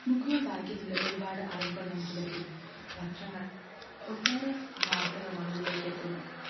ബുക്ക്കള് വായിക്കുന്നതിൽ ഒരുപാട് അറിവുകള് നമുക്ക് ലഭിക്കുന്നു പത്രങ്ങള് ഒട്ടേറെ വാര്ത്തകള് നമ്മളിലെക്കെത്തുന്നു